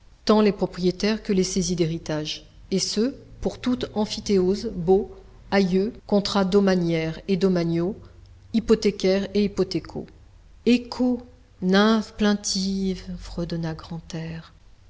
tant les propriétaires que les saisis d'héritage et ce pour toutes emphytéoses baux alleux contrats domaniaires et domaniaux hypothécaires et hypothécaux échos nymphes plaintives fredonna grantaire